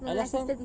I last time